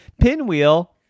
pinwheel